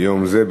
ביום זה,